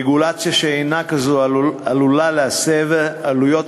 רגולציה שאינה כזאת עלולה להסב עלויות